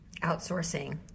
Outsourcing